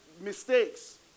mistakes